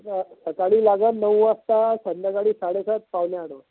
सकाळी लागेल नऊ वाजता संध्याकाळी साडेसात पावणे आठ वाजता